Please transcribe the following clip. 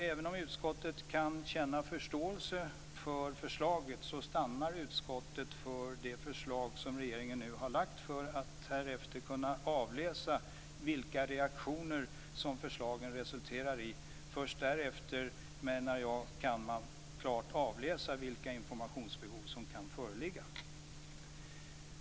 Även om utskottet kan känna förståelse för förslaget stannar utskottet för de förslag som regeringen nu har lagt, för att härefter kunna avläsa vilka reaktioner som förslagen resulterar i. Först därefter kan man klart utläsa vilka informationsbehov som kan föreligga.